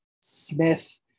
Smith